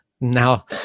now